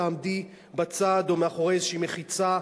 תעמדי בצד או מאחורי איזו מחיצה,